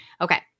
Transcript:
Okay